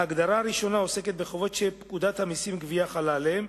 ההגדרה הראשונה עוסקת בחובות שפקודת המסים (גבייה) חלה עליהם.